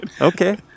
Okay